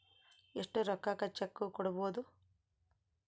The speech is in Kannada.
ಎಷ್ಟು ರೊಕ್ಕಕ ಚೆಕ್ಕು ಕೊಡುಬೊದು